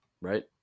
Right